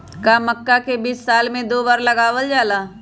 का मक्का के बीज साल में दो बार लगावल जला?